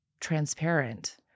transparent